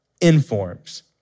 informs